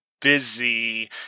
busy